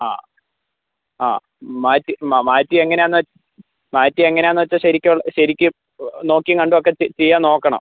ആ ആ മാറ്റി മാറ്റി എങ്ങനെ ആണെന്ന് മാറ്റി എങ്ങനെ ആണെന്ന് വച്ചാൽ ശരിക്ക് ശരിക്ക് നോക്കി കണ്ടും ഒക്കെ ചെയ്യാൻ നോക്കണം